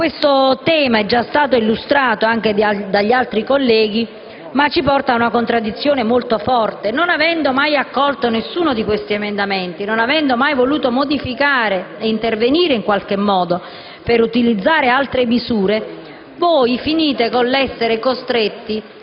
Questo tema è stato già illustrato da parte di altri colleghi, ma ci porta ad una contraddizione molto forte. Non avendo mai accolto nessuno di questi emendamenti e non avendo mai voluto modificare ed intervenire in qualche modo per utilizzare altre misure, voi finite con l'essere costretti